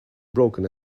broken